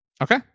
Okay